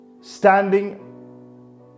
standing